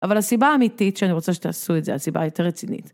אבל הסיבה האמיתית שאני רוצה שתעשו את זה, הסיבה היותר רצינית.